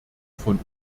von